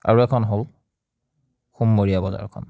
আৰু এখন হ'ল সোমবৰীয়া বজাৰখন